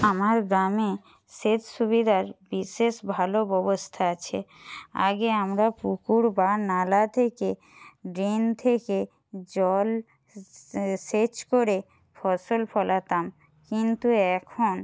আমার গ্রামে সেচ সুবিধার বিশেষ ভালো ব্যবস্থা আছে আগে আমরা পুকুর বা নালা থেকে ড্রেন থেকে জল সেচ করে ফসল ফলাতাম কিন্তু এখন